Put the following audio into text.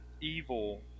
evil